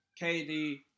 KD